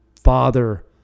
father